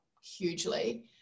hugely